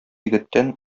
егеттән